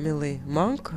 milai monk